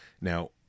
Now